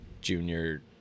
junior